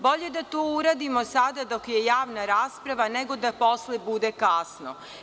Bolje da to uradimo sada dok je javna rasprava, nego da posle bude kasno.